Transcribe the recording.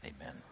amen